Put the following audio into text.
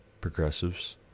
progressives